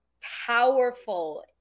powerful